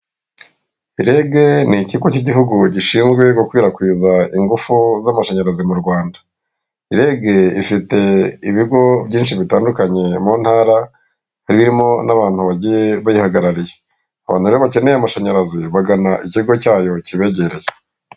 Rege, ni ikigo cy'igihugu gishinzwe gukwirakwiza ingufu z'amashanyarazi mu Rwanda, rege ifite ibigo byinshi bitandukanye mu ntara harimo n'abantu bagiye bayihagarariye, abantu rero bakeneye amashanyarazi bagana ikigo cyayo kibegereye.